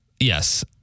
Yes